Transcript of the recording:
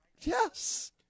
Yes